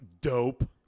Dope